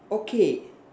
okay